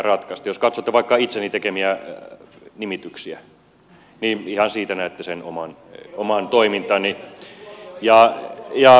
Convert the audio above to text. jos katsotte vaikka itseni tekemiä nimityksiä niin ihan siitä näette sen oman toimintani